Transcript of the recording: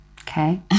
Okay